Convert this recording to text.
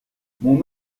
mon